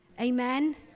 Amen